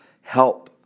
help